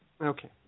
Okay